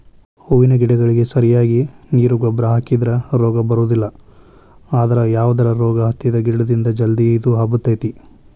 ಹೂವಿನ ಗಿಡಗಳಿಗೆ ಸರಿಯಾಗಿ ನೇರು ಗೊಬ್ಬರ ಹಾಕಿದ್ರ ರೋಗ ಬರೋದಿಲ್ಲ ಅದ್ರ ಯಾವದರ ರೋಗ ಹತ್ತಿದ ಗಿಡದಿಂದ ಜಲ್ದಿ ಇದು ಹಬ್ಬತೇತಿ